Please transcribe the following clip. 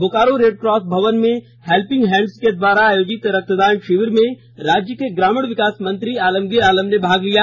Bokaro red cross भवन में helping hands के द्वारा आयोजित रक्तदान शिविर में राज्य के ग्रामीण विकास मंत्री आलमगीर आलम ने भाग लिया